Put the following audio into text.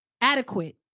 adequate